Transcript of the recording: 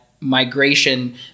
migration